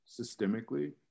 systemically